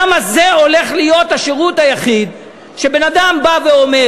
למה זה הולך להיות השירות היחיד שבן-אדם בא ואומר: